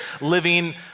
living